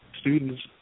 students